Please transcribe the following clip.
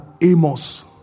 Amos